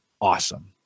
awesome